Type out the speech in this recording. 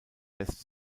west